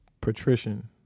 patrician